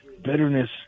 bitterness